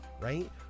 right